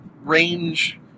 range